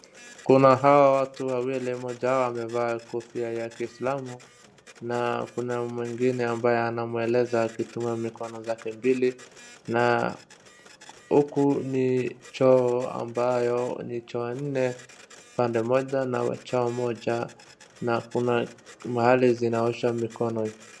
Kuna hawa watu wawili mmoja wao amevaa kofia ya kiislamu na kuna mwingine ambaye anamweleza akitumia mikono zake mbili na huku ni choo ambayo ni choo nne pande moja na choo moja na kuna mahali zinaosha mikono.